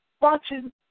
watching